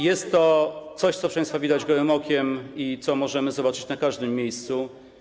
Jest to coś, co, proszę państwa, widać gołym okiem i co możemy zobaczyć w każdym miejscu.